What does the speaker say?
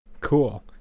Cool